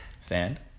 Sand